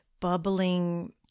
bubbling